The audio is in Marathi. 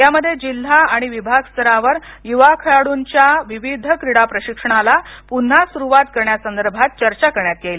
यामध्ये जिल्हा आणि विबाग स्तरावर युवा खेळाडूंच्या ईविध्य क्रीडा प्रशिक्षणाला पुन्हा सुरवात करण्यासंदर्भात चर्चा करण्यात येईल